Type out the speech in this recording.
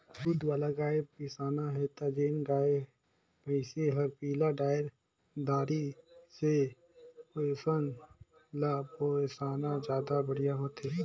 दूद वाला गाय बिसाना हे त जेन गाय, भइसी हर पिला डायर दारी से ओइसन ल बेसाना जादा बड़िहा होथे